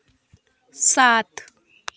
सात